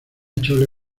chole